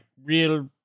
Real